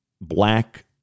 black